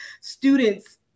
students